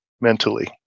mentally